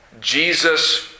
Jesus